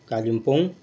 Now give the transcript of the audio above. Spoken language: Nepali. कालिम्पोङ